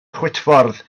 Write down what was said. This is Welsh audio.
chwitffordd